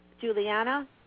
Juliana